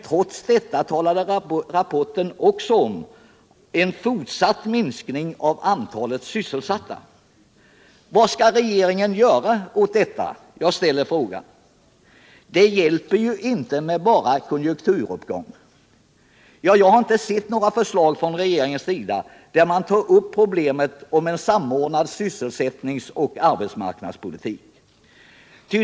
Trots detta talade rapporten också om en fortsatt minskning i antalet sysselsatta. Vad skall regeringen göra åt detta? Det hjälper ju inte med bara en konjunkturuppgång. Ja, jag har inte sett något förslag från regeringens sida, där man tar upp problemet med en samordnad sysselsättningsoch arbetsmarknadspolitik.